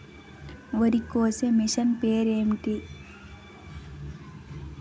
వరి కోసే మిషన్ పేరు ఏంటి